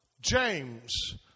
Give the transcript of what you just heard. James